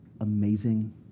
amazing